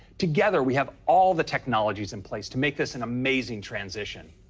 together, we have all the technologies in place to make this an amazing transition.